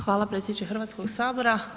Hvala predsjedniče Hrvatskog sabora.